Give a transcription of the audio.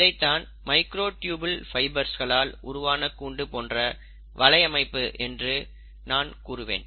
இதைத்தான் micro tubule ஃபைபர்ஸ்களால் உருவான கூண்டு போன்ற வலை அமைப்பு என்று நான் கூறுவேன்